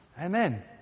Amen